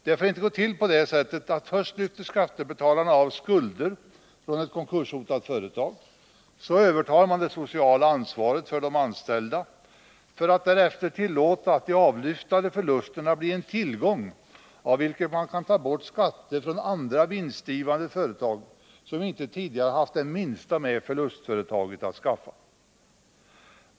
Det får inte gå till på det sättet att skattebetalarna först lyfter av skulder från ett konkurshotat företag, och så övertar man det sociala ansvaret för de anställda för att därefter tillåta att de avlyftade förlusterna blir en tillgång, genom vilken man kan ta bort skatter från andra vinstgivande företag som inte tidigare haft det minsta med förlustföretaget att skaffa.